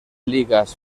ligas